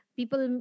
people